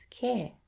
care